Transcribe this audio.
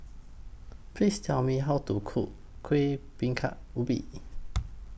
Please Tell Me How to Cook Kueh Bingka Ubi